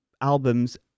albums